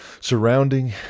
surrounding